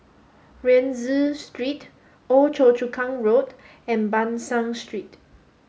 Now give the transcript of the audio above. Rienzi Street Old Choa Chu Kang Road and Ban San Street